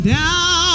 now